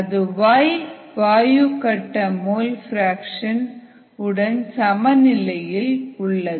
அது YAi வாயு கட்ட மோல் பிராக்சன் உடன் சமநிலையில் உள்ளது